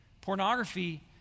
Pornography